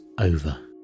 over